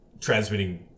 transmitting